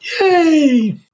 Yay